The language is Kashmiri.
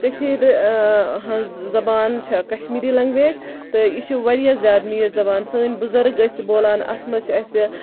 کٔشیٖر ہنز زَبان چھےٚ کَشمیٖرِ لنگویج تہٕ یہِ چھِ واریاہ زیادٕ میٖٹھ زَبان سٲنۍ بُزرٕگ ٲسۍ بولان اَتھ منٛز چھِ اَسہِ